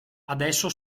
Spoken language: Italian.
adesso